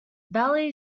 valley